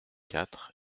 quatre